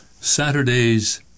Saturday's